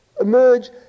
emerge